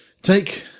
take